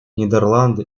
нидерланды